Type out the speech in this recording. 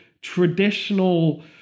traditional